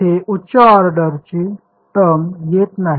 येथे उच्च ऑर्डरची टर्म येत नाही